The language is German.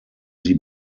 sie